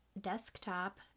Desktop